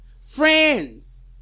friends